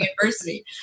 adversity